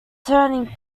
turning